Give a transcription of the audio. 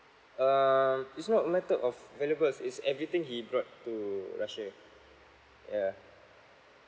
um it's not a matter of valuables it's everything he brought to russia yeah